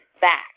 back